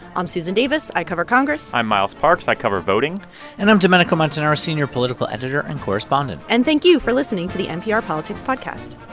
i'm susan davis. i cover congress i'm miles parks. i cover voting and i'm domenico montanaro, senior political editor and correspondent and thank you for listening to the npr politics podcast.